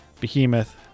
Behemoth